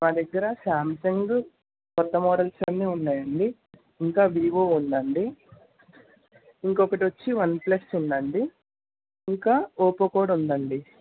మా దగ్గర శాంసంగ్ కొత్త మోడల్స్ అన్నీ ఉన్నాయండి ఇంకా వివో ఉందండి ఇంకొకటి వచ్చి వన్ప్లస్ ఉందండి ఇంకా ఓపో కూడా ఉందండి